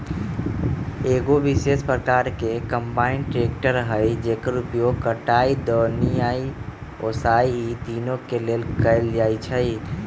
एगो विशेष प्रकार के कंबाइन ट्रेकटर हइ जेकर उपयोग कटाई, दौनी आ ओसाबे इ तिनों के लेल कएल जाइ छइ